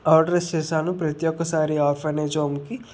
orders చేశాను ప్రతి ఒక్కసారి ఆర్ఫనైజ్ హోమ్కి